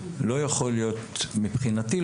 לא יכול להיות, לפחות מבחינתי,